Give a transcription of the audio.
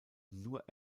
nur